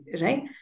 right